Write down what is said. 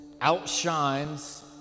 outshines